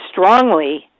strongly